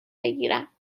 بگیرم